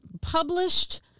published